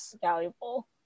valuable